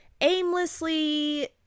aimlessly